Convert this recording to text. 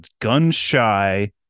gun-shy